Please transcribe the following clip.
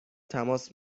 تماس